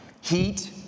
heat